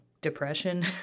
depression